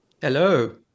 Hello